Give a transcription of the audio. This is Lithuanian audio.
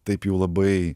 taip jau labai